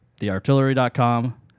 theartillery.com